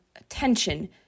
attention